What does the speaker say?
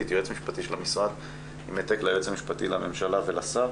של המשרד עם העתק ליועץ המשפטי לממשלה ולשר.